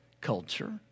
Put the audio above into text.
culture